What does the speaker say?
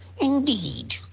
indeed